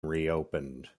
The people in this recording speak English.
reopened